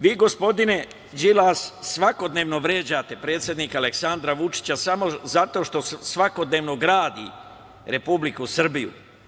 Vi, gospodine Đilas, svakodnevno vređate predsednika Aleksandra Vučića samo zato što svakodnevno gradi Republiku Srbiju.